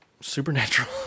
supernatural